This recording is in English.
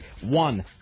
One